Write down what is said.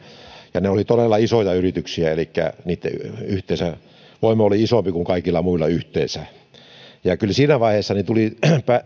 ja ne olivat todella isoja yrityksiä elikkä niitten voima oli isompi kuin kaikilla muilla yhteensä kyllä siinä vaiheessa tuli